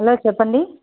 hello చెప్పండి